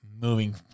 moving